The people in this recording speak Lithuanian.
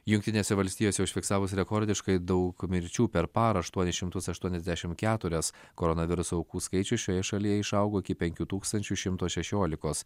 jungtinėse valstijose užfiksavus rekordiškai daug mirčių per parą aštuonis šimtus aštuoniasdešimt keturias koronaviruso aukų skaičius šioje šalyje išaugo iki penkių tūkstančių šimto šešiolikos